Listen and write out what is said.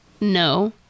No